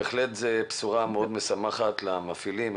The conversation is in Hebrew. זאת בהחלט בשורה משמחת מאוד למפעילים,